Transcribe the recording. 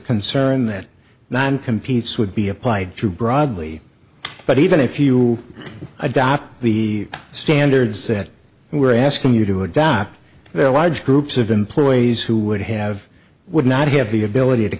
concern that one competes would be applied to broadly but even if you adopt the standards that we're asking you to adopt there are large groups of employees who would have would not have the ability to